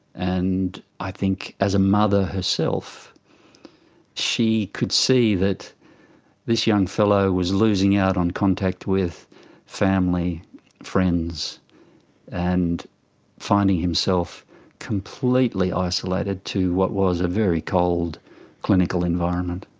and i think as a mother herself she could see that this young fellow was losing out on contact with family and friends and finding himself completely isolated to what was a very cold clinical environment.